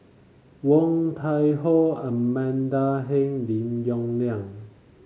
Woon Tai Ho Amanda Heng Lim Yong Liang